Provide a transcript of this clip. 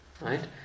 right